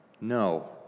No